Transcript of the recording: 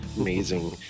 amazing